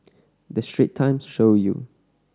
the Straits Times show you